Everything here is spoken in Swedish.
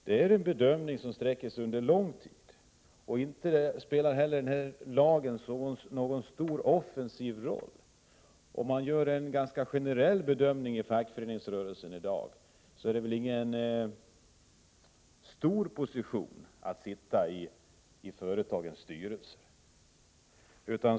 Den bedömningen gäller förhållanden över en lång tid. Inte heller spelar lagen någon stor offensiv roll. Generellt sett anser man väl inom fackföreningsrörelsen att det inte är någon hög position att sitta i företagets styrelse.